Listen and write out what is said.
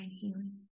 healing